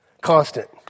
Constant